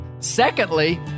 Secondly